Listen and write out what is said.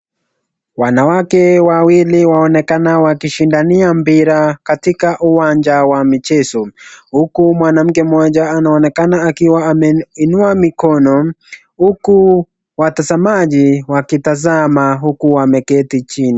Wanawake wawili waonekana wakishindania mpira katika uwanja wa michezo huku mwanamke mmoja anaonekana akiwa ameinua mikono huku watazamaji wakitazama huku wameketi chini.